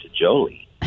Jolie